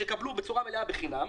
שיקבלו בצורה מלאה בחינם,